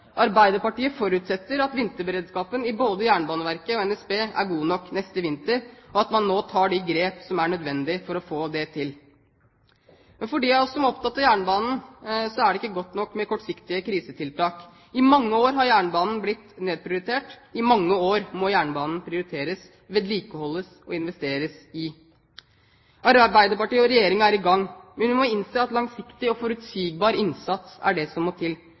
Arbeiderpartiet forutsetter at vinterberedskapen i både Jernbaneverket og NSB er god nok neste vinter, og at man nå tar de grep som er nødvendig for å få det til. For dem av oss som er opptatt av jernbanen, er det ikke godt nok med kortsiktige krisetiltak. I mange år har jernbanen blitt nedprioritert. I mange år må jernbanen prioriteres, vedlikeholdes og investeres i. Arbeiderpartiet og Regjeringen er i gang, men vi må innse at langsiktig og forutsigbar innsats er det som må til.